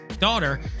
daughter